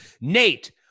nate